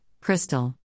Crystal